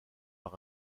par